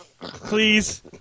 Please